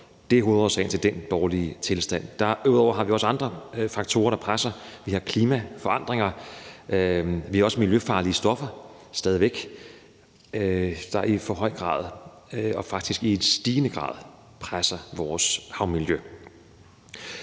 Det er hovedårsagen til den dårlige tilstand. Derudover har vi også andre faktorer, der presser. Vi har klimaforandringer, og vi har også stadig væk miljøfarlige stoffer, der i for høj grad og faktisk i stigende grad presser vores havmiljø.